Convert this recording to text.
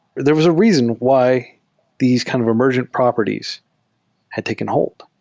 there was a reason why these kind of emergent properties had taken hold.